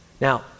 Now